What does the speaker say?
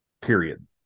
period